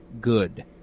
Good